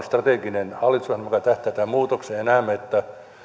strateginen hallitusohjelma joka tähtää tähän muutokseen ja näemme että